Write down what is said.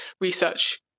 research